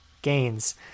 Gains